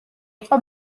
იყო